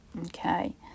Okay